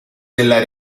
della